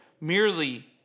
merely